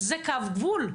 זה קו גבול.